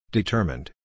Determined